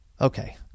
Okay